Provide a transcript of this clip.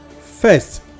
first